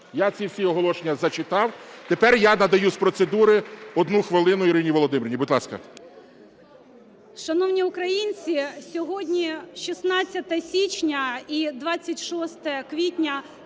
Я ці всі оголошення зачитав. Тепер я надаю з процедури 1 хвилину Ірині Володимирівні. Будь ласка.